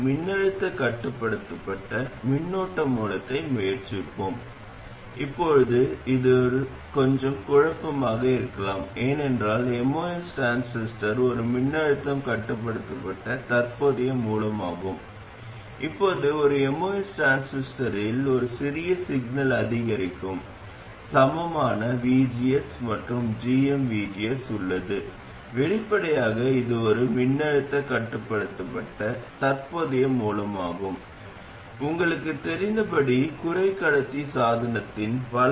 மின்னழுத்தம் கட்டுப்படுத்தப்பட்ட மின்னழுத்த மூலத்தைப் போலவே தற்போதைய கட்டுப்படுத்தப்பட்ட மின்னோட்ட மூலத்தின் ஆதாயத்தையும் ஒன்றாக மாற்றுவோம் அதாவது பொதுவாக தற்போதைய கட்டுப்பாட்டு மின்னோட்ட மூலமானது வெளியீட்டு மின்னோட்டத்தைக் கொண்டிருக்க வேண்டும் இது உள்ளீட்டு மின்னோட்டத்தின் சில நிலையான k மடங்கு ஆகும் மேலும் இது தற்போதைய கட்டுப்படுத்தப்பட்ட மின்னோட்ட மூலத்தை இயக்கும் மூலத்தின் மின்மறுப்பு மற்றும் சுமை எதிர்ப்பிலிருந்து சுயாதீனமாக இருக்க வேண்டும்